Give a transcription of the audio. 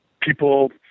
people